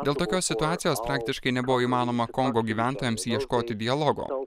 dėl tokios situacijos praktiškai nebuvo įmanoma kongo gyventojams ieškoti dialogo